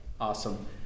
Awesome